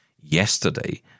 yesterday